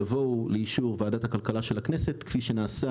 יבואו לאישור ועדת הכלכלה של הכנסת כפי שנעשה